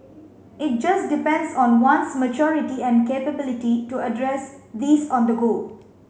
it just depends on one's maturity and capability to address these on the go